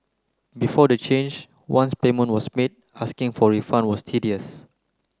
before the change once payment was made asking for a refund was tedious